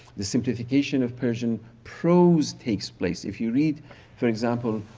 the simplification of persian prose takes place, if you read for example,